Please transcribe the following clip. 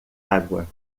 água